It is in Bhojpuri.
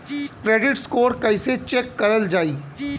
क्रेडीट स्कोर कइसे चेक करल जायी?